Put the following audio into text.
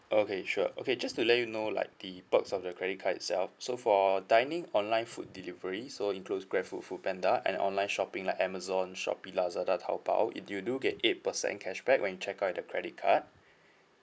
okay sure okay just to let you know like the perks of the credit card itself so for our dining online food delivery so includes Grabfood Foodpanda an online shopping like Amazon Shopee Lazada Taobao it do you do get eight percent cashback when you check out with the credit card